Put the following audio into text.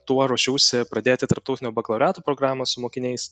tuo ruošiausi pradėti tarptautinio bakalauriato programą su mokiniais